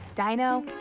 dino,